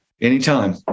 anytime